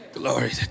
Glory